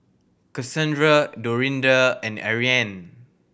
Kassandra Dorinda and Ariane